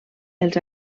els